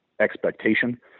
expectation